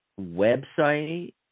website